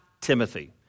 Timothy